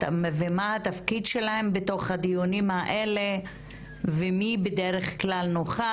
ומה התפקיד שלהם בתוך הדיונים האלה ומי בדרך כלל נוכח,